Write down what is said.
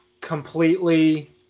completely